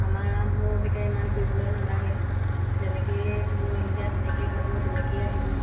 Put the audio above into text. আমাৰবোৰৰ এতিয়া ইমান কৰিবলৈ নালাগে যেনেকেই তুমি মেলি দিয়া তেনেকেই খাব তেনেকেই আহিব